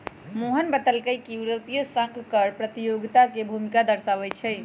मोहन बतलकई कि यूरोपीय संघो कर प्रतियोगिता के भूमिका दर्शावाई छई